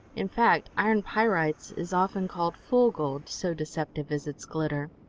in fact, iron pyrites is often called fool gold, so deceptive is its glitter.